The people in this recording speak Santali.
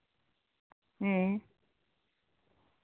ᱦᱮᱸ